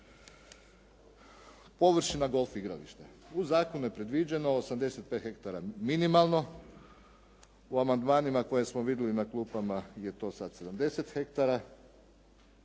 Površina golf igrališta. U zakonu je predviđeno 85 ha minimalno. U amandmanima koje smo vidjeli na klupama je to sad 70 ha.